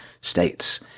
states